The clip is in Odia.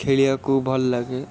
ଖେଳିବାକୁ ଭଲ ଲାଗେ